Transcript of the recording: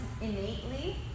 innately